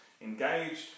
engaged